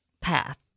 path